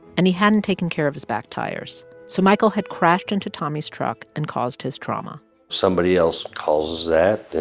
and he hadn't taken care of his back tires. so michael had crashed into tommy's truck and caused his trauma somebody else causes that,